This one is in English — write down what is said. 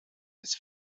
his